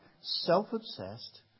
self-obsessed